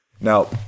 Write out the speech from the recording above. Now